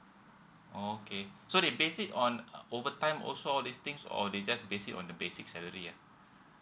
oh okay so they base it on uh overtime also all these things or they just basing on the basic salary ah